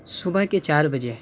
صبح کے چار بجے ہے